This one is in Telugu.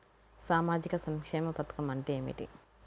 సామాజిక సంక్షేమ పథకం అంటే ఏమిటి?